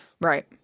Right